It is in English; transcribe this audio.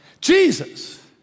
Jesus